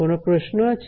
কোন প্রশ্ন আছে